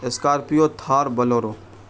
scorpio Thar bolero